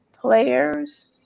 players